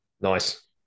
Nice